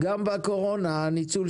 מה משותף לנותן אשראי ולסוחר